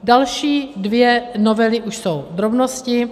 Další dvě novely už jsou drobnosti.